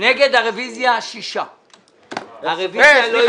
נגד הרוויזיה 6. הרוויזיה לא התקבלה.